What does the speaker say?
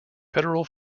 federal